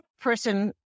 person